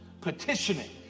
petitioning